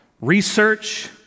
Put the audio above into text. research